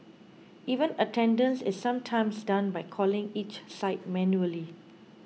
even attendance is sometimes done by calling each site manually